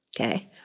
Okay